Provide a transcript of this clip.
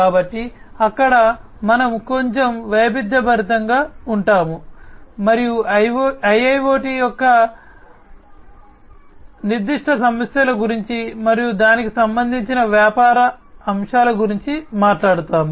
కాబట్టి అక్కడ మనము కొంచెం వైవిధ్యభరితంగా ఉంటాము మరియు IIoT యొక్క నిర్దిష్ట సమస్యల గురించి మరియు దానికి సంబంధించిన వ్యాపార అంశాల గురించి మాట్లాడుతాము